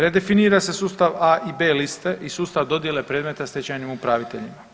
Redefinira se sustav A i B liste i sustav dodijele predmeta stečajnim upraviteljima.